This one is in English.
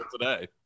today